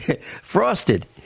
Frosted